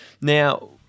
Now